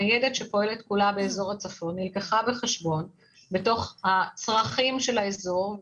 ניידת שפועלת כולה באזור הצפון נלקחה בחשבון בתוך הצרכים של האזור.